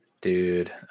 Dude